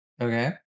Okay